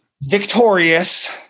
victorious